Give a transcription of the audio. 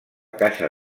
caixa